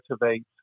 motivate